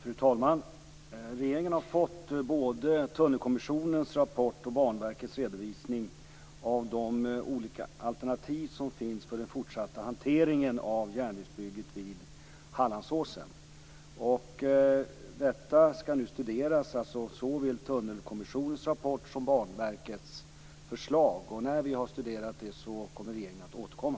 Fru talman! Regeringen har fått både tunnelkommissionens rapport och Banverkets redovisning av de olika alternativ som finns för den fortsatta hanteringen av järnvägsbygget vid Hallandsåsen. Såväl tunnelkommissionens rapport som Banverkets förslag skall nu studeras. När vi har studerat dem kommer regeringen att återkomma.